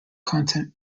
content